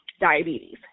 diabetes